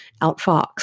outfox